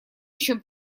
еще